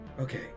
Okay